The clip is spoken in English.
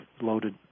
loaded